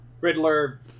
riddler